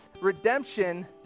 redemption